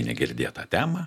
negirdėtą temą